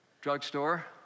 drugstore